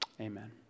Amen